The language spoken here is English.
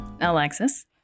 alexis